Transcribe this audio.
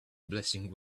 blessing